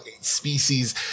species